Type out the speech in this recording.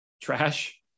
trash